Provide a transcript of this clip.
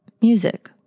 music